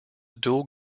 dual